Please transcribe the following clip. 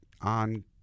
on